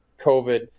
covid